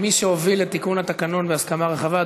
כמי שהוביל את תיקון התקנון בהסכמה רחבה,